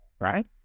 Right